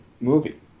movie